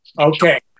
Okay